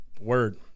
Word